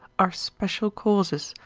are especial causes,